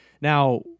now